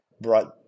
brought